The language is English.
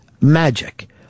magic